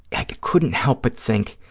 i couldn't help but think,